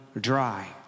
dry